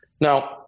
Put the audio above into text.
Now